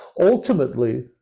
ultimately